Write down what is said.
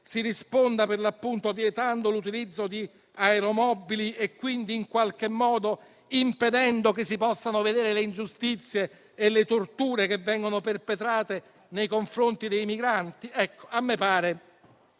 si risponda vietando l'utilizzo di aeromobili e quindi in qualche modo impedendo che si possano vedere le ingiustizie e le torture che vengono perpetrate nei confronti dei migranti? A me pare